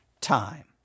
time